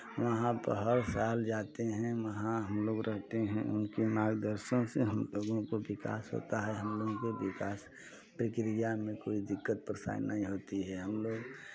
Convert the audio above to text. वहाँ पर हर साल जाते हैं वहाँ हम लोग रहते हैं उनके मार्गदर्शन से हम लोगों काे विकास होता है हम लोगों के विकास प्रक्रिया में कोई दिक्कत परेशानी नहीं होती है हम लोग